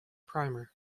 primer